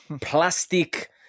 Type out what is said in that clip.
plastic